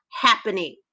happening